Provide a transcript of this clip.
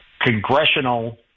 congressional